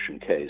case